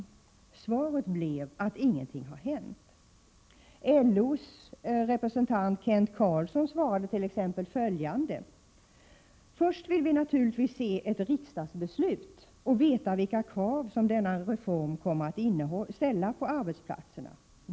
Svaret blev att ingenting hade hänt. LO:s representant Kent Karlsson svarade t.ex. följande: ”Först vill vi naturligtvis se ett riksdagsbeslut och veta vilka krav som denna reform kommer att ställa på arbetsplatserna.